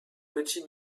petit